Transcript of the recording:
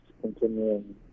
continuing